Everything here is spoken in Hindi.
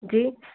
जी